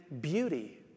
beauty